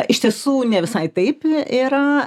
iš tiesų ne visai taip yra